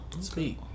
Speak